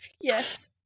Yes